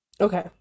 Okay